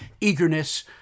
eagerness